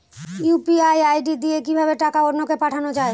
UPI ID দিয়ে কিভাবে টাকা অন্য কে পাঠানো যায়?